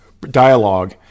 dialogue